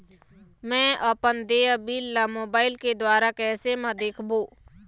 म अपन देय बिल ला मोबाइल के द्वारा कैसे म देखबो?